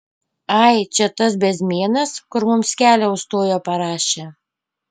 ai čia tas bezmėnas kur mums kelią užstojo parašė